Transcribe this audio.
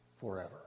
forever